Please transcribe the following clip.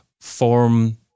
form